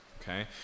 okay